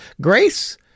Grace